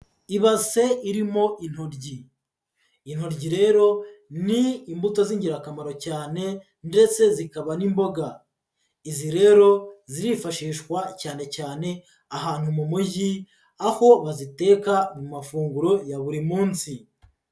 Ibase irimo intoryi, intoryi rero ni imbuto z'ingirakamaro cyane ndetse zikaba n'imboga, izi rero zirifashishwa cyane cyane ahantu mu mujyi, aho baziteka mu mafunguro ya buri munsi.